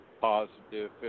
positive